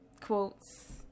quotes